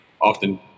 often